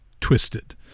twisted